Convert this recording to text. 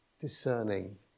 discerning